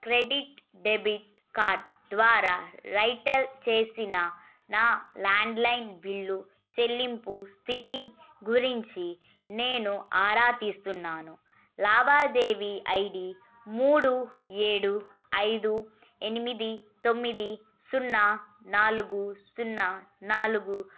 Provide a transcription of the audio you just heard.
credit debit card ద్వారా రైటెల్ చేసిన నా ల్యాండ్లైన్ బిల్లు చెల్లింపు స్థితి గురించి నేను ఆరా తీస్తున్నాను లావాదేవీ ఐ డి మూడు ఏడు ఐదు ఎనిమిది తొమ్మిది సున్నా నాలుగు సున్నా నాలుగు